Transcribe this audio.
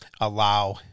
allow